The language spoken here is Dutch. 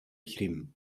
grim